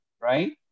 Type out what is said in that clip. right